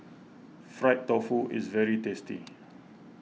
Fried Tofu is very tasty